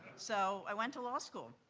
so i went to law school.